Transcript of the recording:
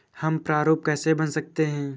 हम प्रारूप कैसे बना सकते हैं?